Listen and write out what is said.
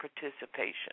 participation